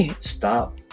stop